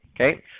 Okay